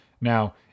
Now